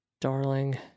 Darling